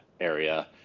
area